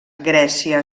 grècia